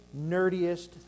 nerdiest